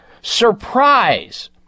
surprise